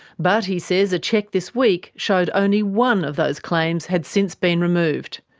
but, he says, a check this week showed only one of those claims had since been removed.